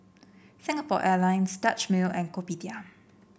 Singapore Airlines Dutch Mill and Kopitiam